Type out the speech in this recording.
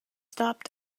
stopped